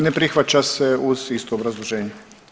Ne prihvaća se uz isto obrazloženje.